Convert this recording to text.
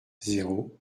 zéro